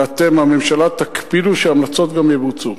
ואתם, הממשלה, תקפידו שההמלצות גם יבוצעו.